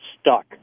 stuck